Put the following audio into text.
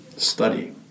study